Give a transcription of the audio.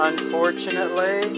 Unfortunately